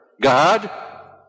God